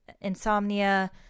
insomnia